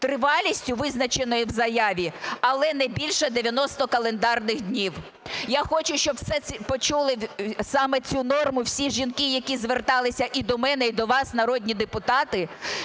тривалістю, визначеної в заяві, але не більше 90 календарних днів. Я хочу, щоб це почули саме цю норму всі жінки, які зверталися і до мене, і до вас, народні депутати,